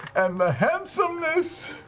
and the handsomeness